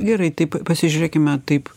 gerai taip pasižiūrėkime taip